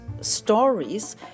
stories